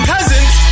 Peasant